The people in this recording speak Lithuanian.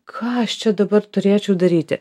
ką aš čia dabar turėčiau daryti